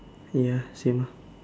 ya same ah